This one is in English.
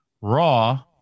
Raw